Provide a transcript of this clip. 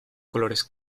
colores